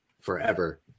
forever